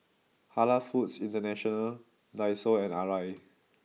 Halal Foods International Daiso and Arai